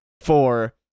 four